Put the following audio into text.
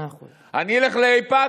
אז אני אלך לאיפא"ק,